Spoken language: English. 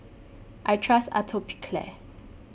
I Trust Atopiclair